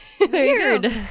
Weird